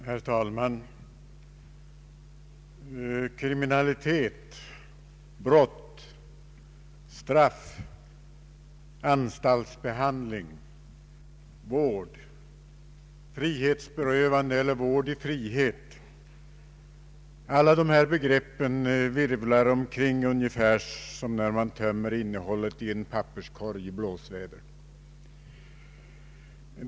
Herr talman! Kriminalitet, brott, straff, anstaltsbehandling, vård, frihetsberövande eller vård i frihet — alla dessa begrepp virvlar omkring ungefär som när man tömmer innehållet i en papperskorg i blåsväder.